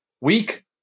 weak